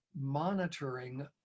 monitoring